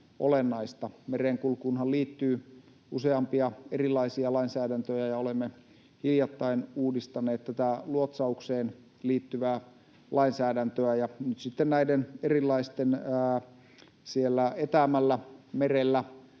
olennaista. Merenkulkuunhan liittyy useampia erilaisia lainsäädäntöjä. Olemme hiljattain uudistaneet tätä luotsaukseen liittyvää lainsäädäntöä, ja nyt sitten näiden erilaisten etäämmällä merellä